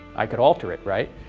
i could alter it, right?